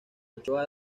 ochoa